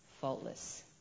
faultless